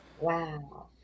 Wow